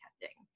testing